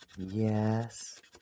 Yes